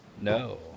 No